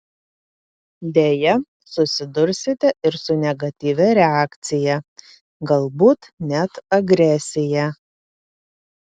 deja susidursite ir su negatyvia reakcija galbūt net agresija